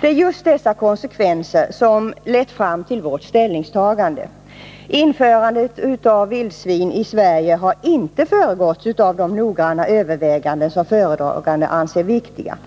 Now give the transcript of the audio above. Det är just dessa konsekvenser som lett fram till vårt ställningstagande. Införandet av vildsvin i Sverige har inte föregåtts av de noggranna överväganden som föredraganden anser viktiga.